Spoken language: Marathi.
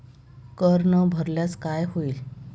कर न भरल्यास काय होईल?